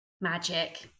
magic